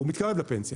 הוא מתקרב לפנסיה.